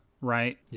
right